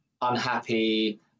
unhappy